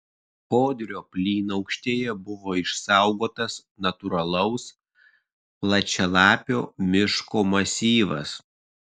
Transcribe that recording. kodrio plynaukštėje buvo išsaugotas natūralaus plačialapio miško masyvas